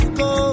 go